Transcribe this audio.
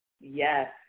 Yes